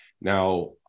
Now